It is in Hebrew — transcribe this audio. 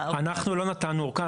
אנחנו לא נתנו אורכה.